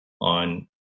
on